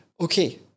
Okay